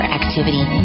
activity